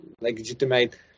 legitimate